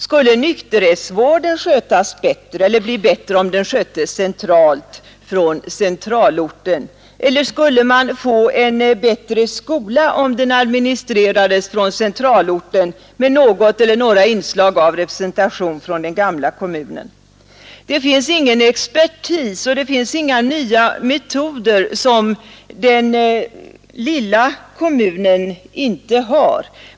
Skulle nykterhetsvården bli bättre om den sköttes från centralorten, eller skulle man få en bättre skola om den administrerades från centralorten med något eller några inslag av representation från den gamla kommunen? Det finns ingen expertis och det finns inga nya metoder som den lilla kommunen inte har.